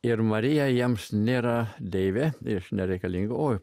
ir marija jiems nėra deivė reiškia nereikalinga